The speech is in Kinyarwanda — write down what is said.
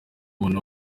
umuntu